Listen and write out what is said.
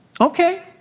Okay